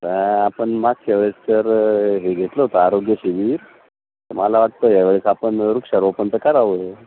तर आपण मागच्या वेळेस तर हे घेतलं होतं आरोग्यशिबीर तर मला वाटतं यावेळेस आपण वृक्षारोपण त करावं